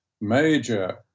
major